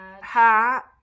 hat